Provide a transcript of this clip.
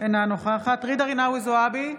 אינה נוכחת ג'ידא רינאוי זועבי,